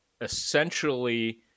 essentially